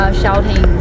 shouting